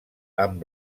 amb